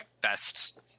best